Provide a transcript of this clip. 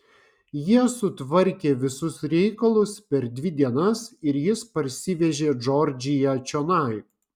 jie sutvarkė visus reikalus per dvi dienas ir jis parsivežė džordžiją čionai